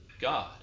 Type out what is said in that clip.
God